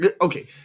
Okay